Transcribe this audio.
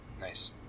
Nice